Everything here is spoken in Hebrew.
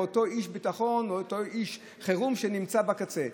אותו איש ביטחון או אותו איש חירום שנמצא בקצה.